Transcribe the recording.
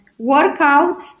workouts